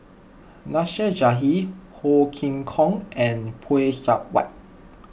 Nasir Jalil Ho Chee Kong and Phay Seng Whatt